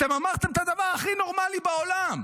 אתם אמרתם את הדבר הכי נורמלי בעולם.